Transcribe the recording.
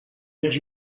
did